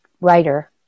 writer